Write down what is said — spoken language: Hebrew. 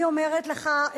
אני אומרת לך,